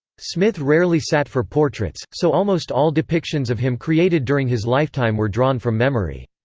smith rarely sat for portraits, so almost all depictions of him created during his lifetime were drawn from memory.